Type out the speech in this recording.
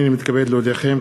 הנני מתכבד להודיעכם,